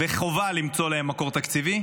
וחובה למצוא להם מקור תקציבי.